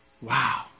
Wow